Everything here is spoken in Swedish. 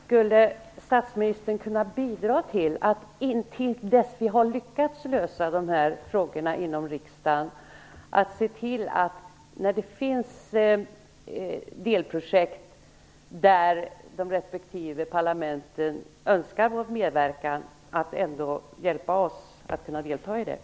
Fru talman! När det finns delprojekt där de respektive parlamenten önskar vår medverkan, skulle statsministern då kunna hjälpa oss att delta, intill dess att vi har lyckats lösa dessa frågor inom riksdagen?